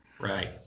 Right